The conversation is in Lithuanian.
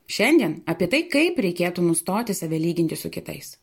šiandien apie tai kaip reikėtų nustoti save lyginti su kitais